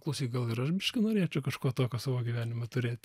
klausyk gal ir aš biškį norėčiau kažko tokio savo gyvenime turėt